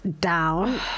down